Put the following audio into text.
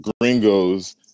gringos